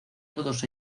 todos